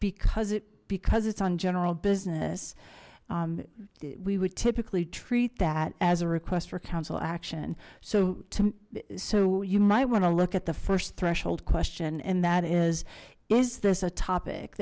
because it because it's on general business we would typically treat that as a request for council action so so you might want to look at the first threshold question and that is is this a topic